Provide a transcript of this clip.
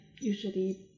usually